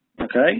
okay